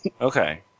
Okay